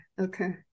Okay